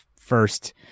first